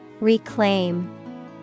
Reclaim